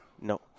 No